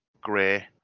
Gray